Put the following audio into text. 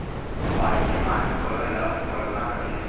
बाड़ी के पानी पलोय ल पलोना कथें